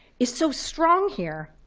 is so strong here.